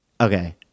Okay